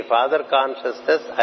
Father-consciousness